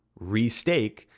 restake